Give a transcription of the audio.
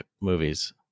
movies